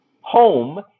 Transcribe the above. home